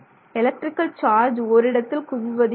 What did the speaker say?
electrical charge ஓரிடத்தில் குவிவது இல்லை